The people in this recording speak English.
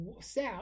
south